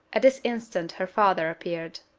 at this instant her father appeared.